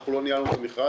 אנחנו לא ניהלנו את המכרז.